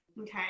Okay